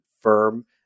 firm